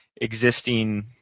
existing